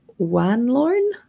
Wanlorn